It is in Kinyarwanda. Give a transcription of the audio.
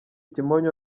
kimonyo